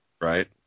Right